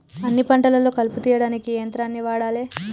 అన్ని పంటలలో కలుపు తీయనీకి ఏ యంత్రాన్ని వాడాలే?